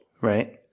right